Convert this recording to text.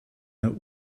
der